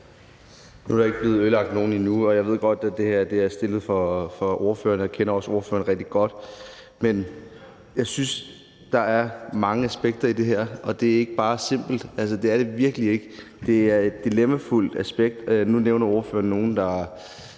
Nu er der ikke blevet ødelagt nogen endnu, og jeg ved godt, at det her er blevet fremsat af ordføreren, og jeg kender også ordføreren rigtig godt. Men jeg synes, at der er mange aspekter i det her, og det er ikke bare simpelt, altså, det er det virkelig ikke. Det er et dilemmafyldt emne. Nu nævner ordføreren, at